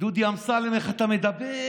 דודי אמסלם, איך אתה מדבר?